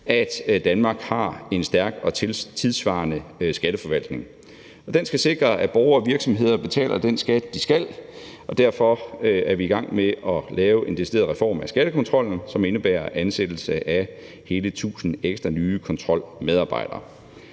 at Danmark har en stærk og tidssvarende skatteforvaltning. Den skal sikre, at borgere og virksomheder betaler den skat, de skal, og derfor er vi i gang med at lave en decideret reform af skattekontrollen, som indebærer ansættelse af hele 1.000 ekstra nye kontrolmedarbejdere.